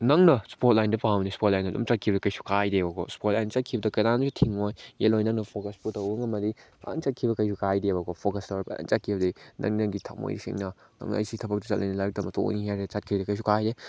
ꯅꯪꯅ ꯏꯁꯄꯣꯔꯠ ꯂꯥꯏꯟꯗ ꯄꯥꯝꯃꯗꯤ ꯏꯁꯄꯣꯔꯠ ꯂꯥꯏꯟꯗ ꯆꯠꯈꯤꯕꯗ ꯀꯩꯁꯨ ꯀꯥꯏꯗꯦꯕꯀꯣ ꯏꯁꯄꯣꯔꯠ ꯂꯥꯏꯟꯗ ꯆꯠꯈꯤꯕꯗ ꯀꯅꯥꯁꯨ ꯊꯤꯡꯉꯣꯏ ꯌꯦꯜꯂꯣꯏꯅ ꯅꯪꯅ ꯐꯣꯀꯁꯄꯨ ꯇꯧꯕ ꯉꯝꯃꯗꯤ ꯐꯖꯅ ꯆꯠꯈꯤꯕ ꯀꯩꯁꯨ ꯀꯥꯏꯗꯦꯕꯀꯣ ꯐꯣꯀꯁ ꯇꯧꯔ ꯐꯖꯅ ꯆꯠꯈꯤꯕꯗꯤ ꯅꯪꯅꯗꯤ ꯊꯝꯃꯣꯏ ꯁꯦꯡꯅ ꯑꯩ ꯁꯤ ꯊꯕꯛ ꯆꯠꯂꯅꯤ ꯂꯥꯏꯔꯤꯛ ꯇꯝꯕ ꯇꯣꯛꯑꯅꯤ ꯍꯥꯏꯔ ꯆꯠꯈ꯭ꯔꯗꯤ ꯀꯩꯁꯨ ꯀꯥꯏꯗꯦ